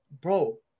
bro